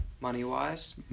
money-wise